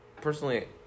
personally